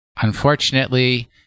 unfortunately